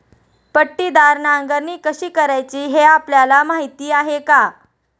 पट्टीदार नांगरणी कशी करायची हे आपल्याला माहीत आहे का?